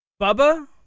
Bubba